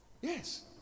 Yes